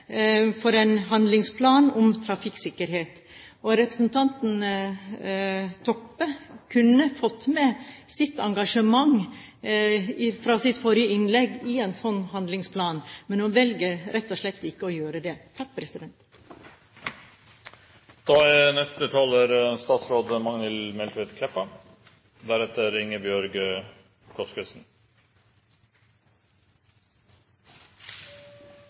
en handlingsplan om trafikksikkerhet. Representanten Toppe kunne fått med sitt engasjement fra forrige innlegg i en slik handlingsplan, men hun velger rett og slett ikke å gjøre det. Lat meg seia aller fyrst at eg er